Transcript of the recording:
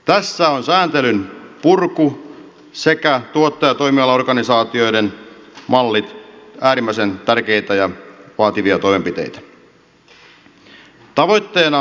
tässä ovat sääntelyn purku sekä tuottaja ja toimialaorganisaatioiden mallit äärimmäisen tärkeitä ja vaativia toimenpiteitä